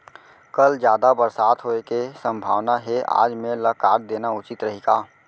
कल जादा बरसात होये के सम्भावना हे, आज मेड़ ल काट देना उचित रही का?